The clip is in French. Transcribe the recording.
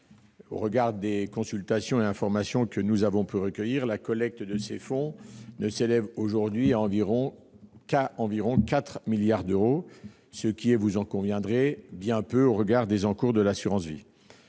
Au regard des consultations et des informations que nous avons pu recueillir, la collecte de ces fonds ne s'élève aujourd'hui qu'à environ 4 milliards d'euros, ce qui, vous en conviendrez, est bien peu au regard des encours de l'assurance vie.